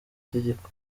tegeko